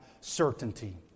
certainty